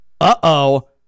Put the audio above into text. Uh-oh